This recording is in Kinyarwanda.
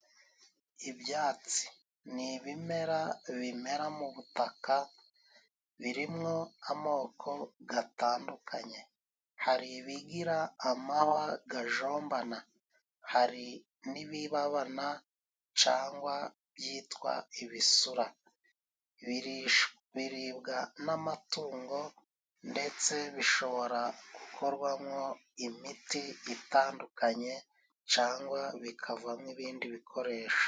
Ibyatsi ni ibimera bimera mu butaka birimo amoko gatandukanye， hari ibigira amahwa gajombana， hari n'ibibabana cane byitwa ibisura. Ibi biribwa n'amatungo， ndetse bishobora gukorwamo imiti itandukanye， cyangwa bikavamo ibindi bikoresho.